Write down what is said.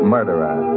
Murderer